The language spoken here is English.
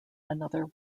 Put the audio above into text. another